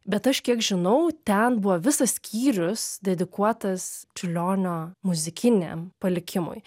bet aš kiek žinau ten buvo visas skyrius dedikuotas čiurlionio muzikiniam palikimui